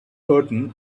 curtain